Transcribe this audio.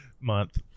month